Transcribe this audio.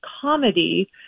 comedy